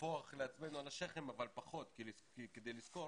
לטפוח לעצמנו על השכם אבל פחות כי צריך לזכור